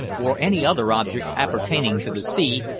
or any other object appertaining to the sea,